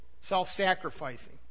self-sacrificing